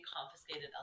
confiscated